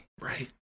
Right